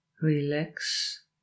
Relax